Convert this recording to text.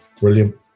brilliant